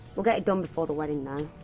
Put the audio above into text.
we'll get it done before the wedding, though.